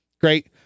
Great